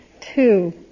Two